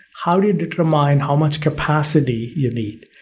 how do you determine how much capacity you need.